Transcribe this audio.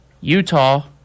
Utah